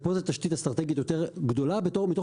שפה זה תשתית אסטרטגית יותר גדולה מתוך